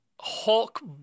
Hulk